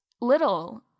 little